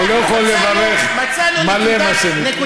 הוא לא יכול לברך מלא, מה שנקרא.